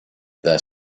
their